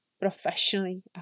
professionally